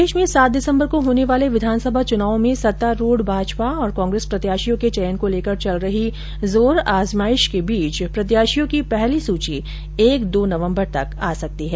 प्रदेश में सात दिसम्बर को होने वाले विधानसभा चुनाव में सत्तारुढ़ भाजपा और कांग्रेस प्रत्याशियों को चयन को लेकर चल रही जोर आजमाइश के बीच प्रत्याशियों की पहली सूची एक दो नवम्बर तक आ सकती है